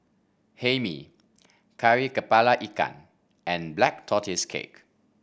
Hae Mee Kari kepala Ikan and Black Tortoise Cake